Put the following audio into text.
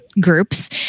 groups